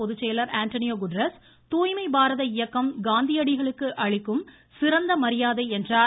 பொதுச்செயலர் Antonio Guterres தூய்மை பாரத இயக்கம் காந்தியடிகளுக்கு அளிக்கும் சிறந்த மரியாதை என்றார்